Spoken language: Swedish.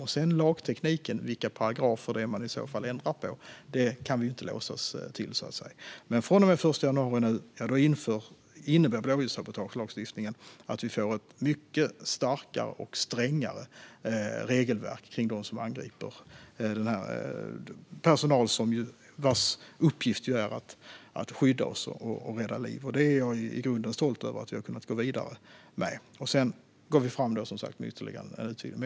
Lagtekniken, alltså vilka paragrafer man i så fall ändrar, är inte något vi kan låsa oss till. Från och med den 1 januari innebär blåljussabotagelagstiftningen att vi får ett mycket starkare och strängare regelverk kring dem som angriper personal vars uppgift är att skydda oss och rädda liv. Det är jag i grunden stolt över att vi har kunnat gå vidare med. Sedan går vi fram med ytterligare utredning.